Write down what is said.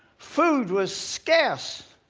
food was scarce,